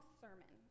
sermon